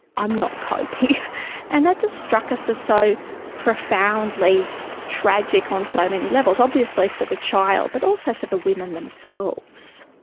i'm not coping and that just struck us as so profoundly tragic on so many levels, obviously for the child but also for the women themselves.